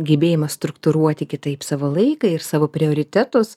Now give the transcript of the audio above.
gebėjimas struktūruoti kitaip savo laiką ir savo prioritetus